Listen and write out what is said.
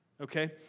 okay